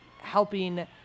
helping